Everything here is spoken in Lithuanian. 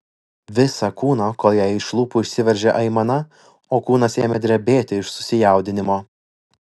visą kūną kol jai iš lūpų išsiveržė aimana o kūnas ėmė drebėti iš susijaudinimo